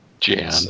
Jan